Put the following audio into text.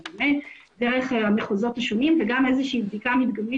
דרך המחוזות השונים וגם איזושהי בדיקה מדגמית